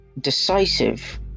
decisive